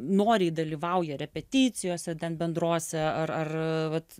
noriai dalyvauja repeticijose ten bendrose ar ar vat